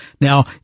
Now